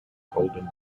golden